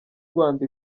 rwanda